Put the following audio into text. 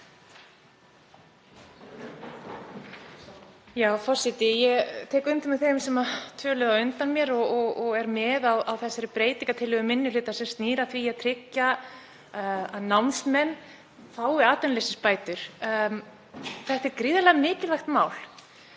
Forseti. Ég tek undir með þeim sem töluðu á undan mér og er með á þessari breytingartillögu minni hlutans sem snýr að því að tryggja að námsmenn fái atvinnuleysisbætur. Þetta er gríðarlega mikilvægt mál.